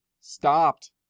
stopped